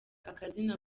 akazina